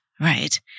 right